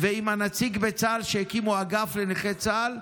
ועם הנציג בצה"ל שהקימו אגף לנכי צה"ל.